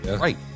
Right